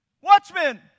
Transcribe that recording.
Watchmen